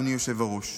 אדוני היושב-ראש.